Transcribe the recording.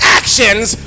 actions